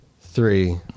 three